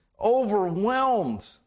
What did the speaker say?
overwhelmed